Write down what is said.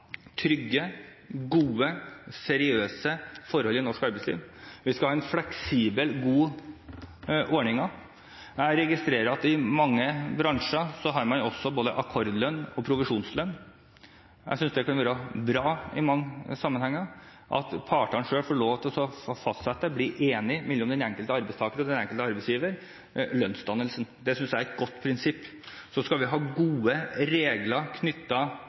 trygge, gode, seriøse forhold i norsk arbeidsliv, vi skal ha fleksible, gode ordninger. Jeg registrerer at i mange bransjer har man både akkordlønn og produksjonslønn. Jeg synes det kan være bra i mange sammenhenger at partene selv får lov til å fastsette lønnsdannelsen – at den enkelte arbeidstaker og arbeidsgiver blir enige. Det synes jeg er et godt prinsipp. Så skal vi ha gode regler